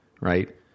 right